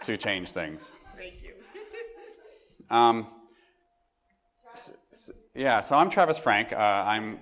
to change things yes i'm travis frank